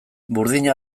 burdina